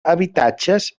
habitatges